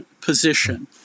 position